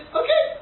okay